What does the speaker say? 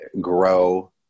grow